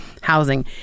housing